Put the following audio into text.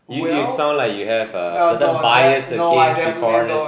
you you sound like you have a certain bias against the foreigners